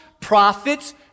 prophets